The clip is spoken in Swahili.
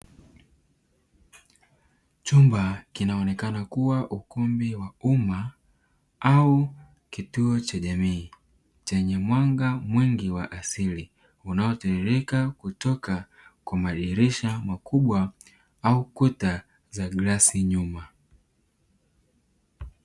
Chumba kinaonekana kuwa ukumbi wa uma au kituo cha jamii chenye mwanga mwingi wa asili, unaotiririka kutoka kwa madirisha makubwa au kuta za glasi nyuma.